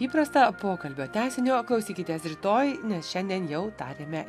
kaip įprasta pokalbio tęsinio klausykitės rytoj nes šiandien jau tariame